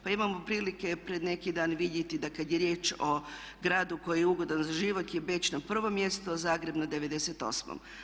Pa imali smo prilike pred neki dan vidjeti da kada je riječ o gradu koji je ugodan za život je Beč na prvom mjestu a Zagreb na 98.